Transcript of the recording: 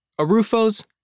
Arufo's